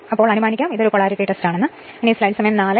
അതിനാൽ ഇത് polarity test ആണെന്ന് കരുതുക